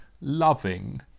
loving